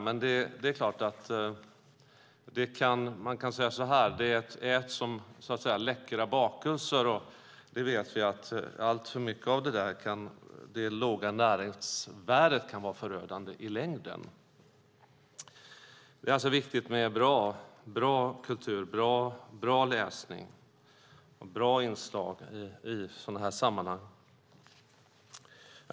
Men man kan säga så här: Det äts som läckra bakelser. Men vi vet ju att med det låga näringsvärdet kan det vara förödande i längden. Det är alltså viktigt med bra kultur, bra läsning och bra inslag i sådana sammanhang.